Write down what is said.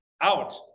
out